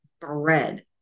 Bread